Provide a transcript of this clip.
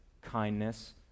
Kindness